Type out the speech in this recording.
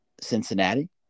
Cincinnati